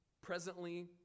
presently